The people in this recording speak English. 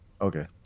Okay